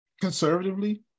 Conservatively